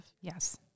Yes